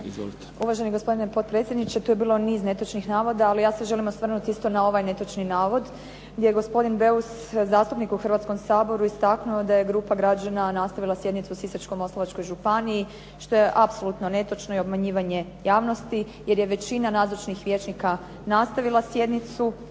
Uvaženi gospodine potpredsjedniče, tu je bilo niz netočnih navoda, ali ja se želim osvrnuti isto na ovaj netočni navod gdje je gospodin Beus, zastupnik u Hrvatskom saboru istaknuo da je grupa građana nastavila sjednicu u Sisačko-moslavačkoj županiji, što je apsolutno netočno i obmanjivanje javnosti jer je većina nazočnih vijećnika nastavila sjednicu